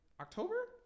October